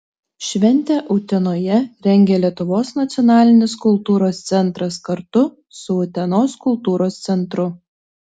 šventę utenoje rengia lietuvos nacionalinis kultūros centras kartu su utenos kultūros centru